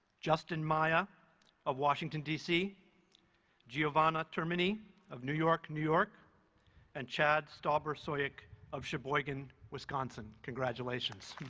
justin maaia of washington, dc giovanna termini of new york new york and chad stauber soik of sheboygan, wisconsin congratulations.